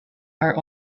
are